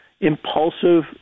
impulsive